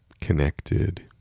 connected